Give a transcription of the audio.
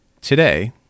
Today